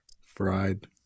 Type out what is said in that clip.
Fried